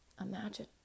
Imagine